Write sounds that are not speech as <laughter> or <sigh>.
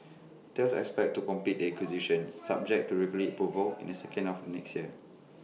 Thales expects to complete the acquisition <noise> subject to regulatory approval in the second half of next year